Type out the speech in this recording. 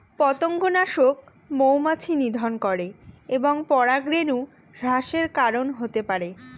পতঙ্গনাশক মৌমাছি নিধন করে এবং পরাগরেণু হ্রাসের কারন হতে পারে